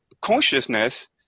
consciousness